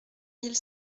mille